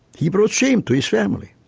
he brought shame to his family,